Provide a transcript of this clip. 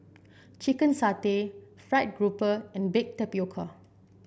Chicken Satay fried grouper and Baked Tapioca